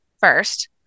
first